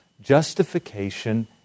justification